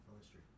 history